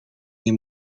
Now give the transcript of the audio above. nie